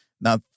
Now